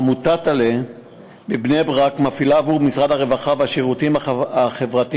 עמותת על"ה מבני-ברק מפעילה עבור משרד הרווחה והשירותים החברתיים